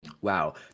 wow